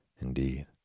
Indeed